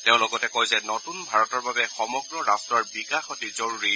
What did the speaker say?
তেওঁ লগতে কয় যে নতুন ভাৰতৰ বাবে সমগ্ৰ ৰট্টৰ বিকাশ অতি জৰুৰী